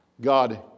God